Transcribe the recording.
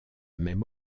même